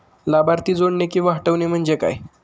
लाभार्थी जोडणे किंवा हटवणे, म्हणजे काय?